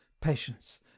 patience